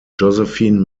josephine